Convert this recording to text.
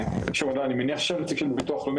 שאני מניח של הנציג של ביטוח לאומי,